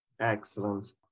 Excellent